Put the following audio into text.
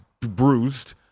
bruised